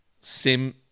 sim